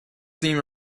seem